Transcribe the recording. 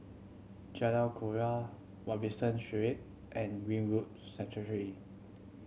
Jalan Kelawar Robinson Suite and Greenwood Sanctuary